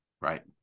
Right